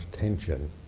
tension